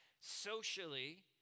socially